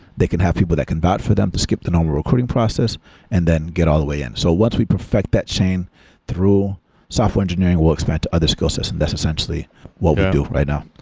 they can have people that can vouch for them, to skip the normal recruiting process and then get all the way in. so once we perfect that chain through software engineering, we'll expand to other skillsets, and that's essentially what we do right now.